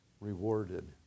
rewarded